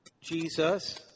Jesus